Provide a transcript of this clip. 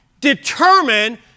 determine